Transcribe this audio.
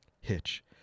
Hitch